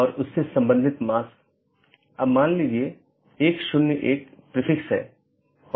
BGP पड़ोसी या BGP speaker की एक जोड़ी एक दूसरे से राउटिंग सूचना आदान प्रदान करते हैं